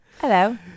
Hello